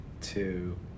two